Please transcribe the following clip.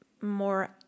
more